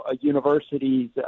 universities